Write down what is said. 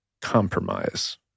compromise